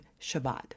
Shabbat